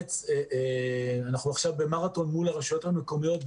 אנחנו עכשיו במרתון מול הרשויות המקומיות,